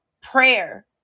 prayer